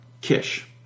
Kish